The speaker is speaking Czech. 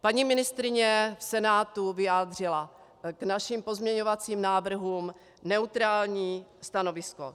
Paní ministryně v Senátu vyjádřila k našim pozměňovacím návrhům neutrální stanovisko.